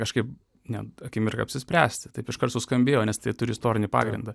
kažkaip ne akimirka apsispręsti taip iškart suskambėjo nes tai turi istorinį pagrindą